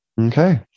Okay